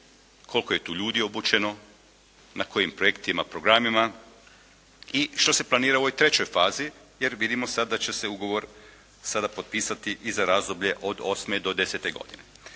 koliko je tu ljudi obučeno, na kojim projektima, programima i što se planira u ovoj trećoj fazi jer vidimo sada da će se ugovor sada potpisati i za razdoblje od 2008. do 2010. godine.